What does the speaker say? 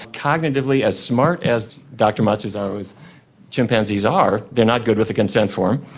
cognitively, as smart as dr matsuzawa's chimpanzees are, they are not good with a consent form.